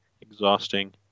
exhausting